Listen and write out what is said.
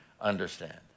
understand